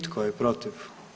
Tko je protiv?